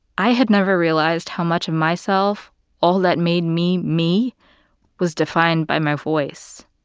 i had never realized how much of myself all that made me me was defined by my voice.